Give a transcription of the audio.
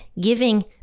Giving